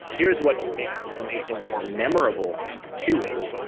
here's what makes information more memorable to it.